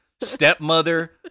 stepmother